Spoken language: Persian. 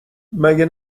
مگه